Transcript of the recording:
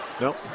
Nope